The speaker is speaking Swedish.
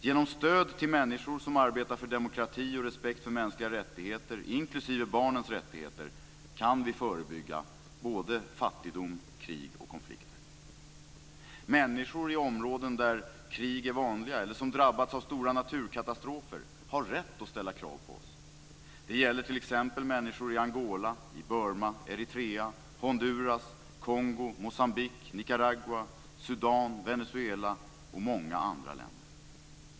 Genom stöd till människor som arbetar för demokrati och respekt för mänskliga rättigheter, inklusive barnens rättigheter, kan vi förebygga fattigdom, krig och konflikter. Människor i områden där krig är vanliga, eller som drabbats av stora naturkatastrofer, har rätt att ställa krav på oss. Det gäller t.ex. människor i Angola, Burma, Eritrea, Honduras, Kongo, Moçambique, Nicaragua, Sudan, Venezuela och många andra länder.